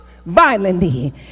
violently